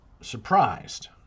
surprised